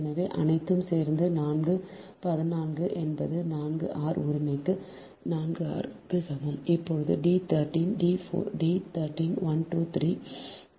எனவே அனைத்தும் சேர்ந்து D 14 என்பது 4 r சமம் இப்போது D 13 D 13 1 2 3 1 2 3